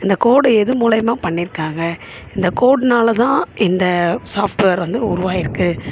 அந்த கோடை எது மூலியமாக பண்ணிருக்காங்க இந்த கோட்னால தான் இந்த சாஃப்ட்வேர் வந்து உருவாயிருக்கு